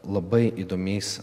labai įdomiais